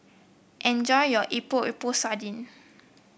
enjoy your Epok Epok Sardin